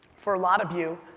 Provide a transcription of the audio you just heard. for a lot of you,